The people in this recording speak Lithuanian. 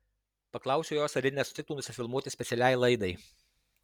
paklausiau jos ar ji nesutiktų nusifilmuoti specialiai laidai